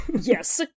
yes